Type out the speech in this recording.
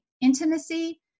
Intimacy